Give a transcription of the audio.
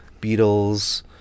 Beatles